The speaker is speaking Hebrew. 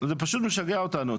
משגע אותנו.